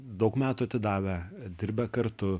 daug metų atidavę dirbę kartu